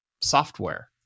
software